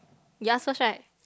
you ask first right